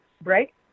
break